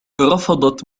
رفضت